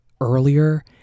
earlier